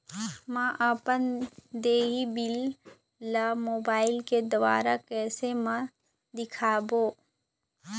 म अपन देय बिल ला मोबाइल के द्वारा कैसे म देखबो?